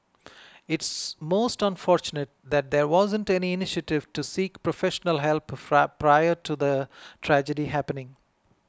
it's most unfortunate that there wasn't any initiative to seek professional help prior to the tragedy happening